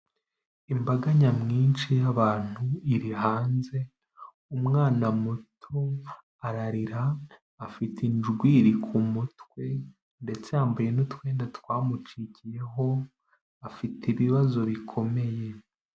Imbaga nyamwinshi y'abantu iri hanze, umwanatu ararira afite injwiri ku mutwe ndetse yambaye n'utwenda twamucikiyeho afite ibibazo bikomeye.